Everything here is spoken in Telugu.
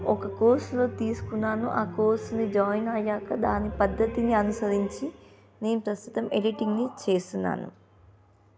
ఒక కోర్సులో తీసుకున్నాను ఆ కోర్స్ని జాయిన్ అయ్యాక దాని పద్ధతిని అనుసరించి నేను ప్రస్తుతం ఎడిటింగ్ని చేస్తున్నాను